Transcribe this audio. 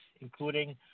including